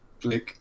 Click